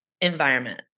environment